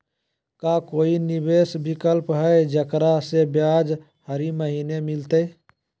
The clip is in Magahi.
का कोई निवेस विकल्प हई, जेकरा में ब्याज हरी महीने मिलतई?